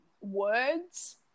words